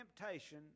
temptation